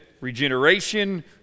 regeneration